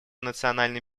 национальной